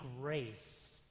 grace